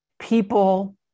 people